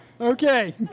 Okay